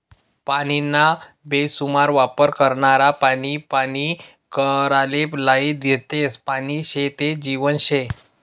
पानीना बेसुमार वापर करनारा पानी पानी कराले लायी देतस, पानी शे ते जीवन शे